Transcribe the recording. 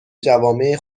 جوامع